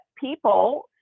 people